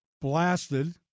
blasted